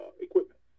equipment